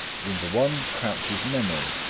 in the one crouches memory,